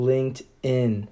LinkedIn